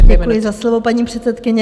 Děkuji za slovo, paní předsedkyně.